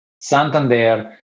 Santander